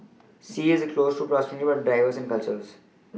sea is close in proximity but very diverse in cultures